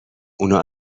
اونا